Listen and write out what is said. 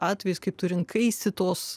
atvejais kaip tu rinkaisi tuos